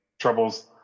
trouble's